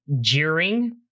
jeering